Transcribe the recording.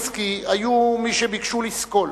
גם את ז'בוטינסקי היו מי שביקשו לסקול,